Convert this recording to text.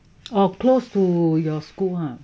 oh close to your school ha